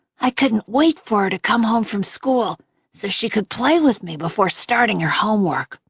i couldn't wait for her to come home from school so she could play with me before starting her homework.